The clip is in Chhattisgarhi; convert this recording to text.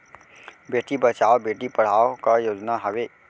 बेटी बचाओ बेटी पढ़ाओ का योजना हवे?